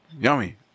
Yummy